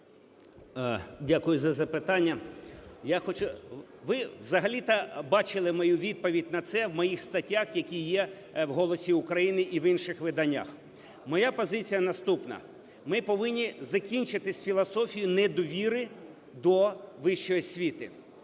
Дякую за запитання. Я хочу… Ви взагалі-то бачили мою відповідь на це в моїх статтях, які є в "Голосі України" і в інших виданнях. Моя позиція наступна. Ми повинні закінчити з філософією недовіри до вищої освіти.